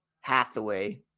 Hathaway